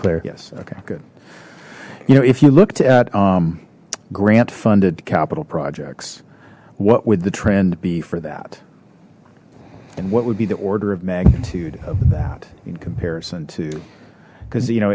clear yes okay good you know if you looked at grant funded capital projects what would the trend be for that and what would be the order of magnitude of that in comparison to because you know